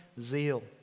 zeal